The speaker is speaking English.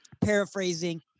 paraphrasing